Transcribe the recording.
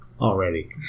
Already